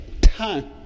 time